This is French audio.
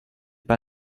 pas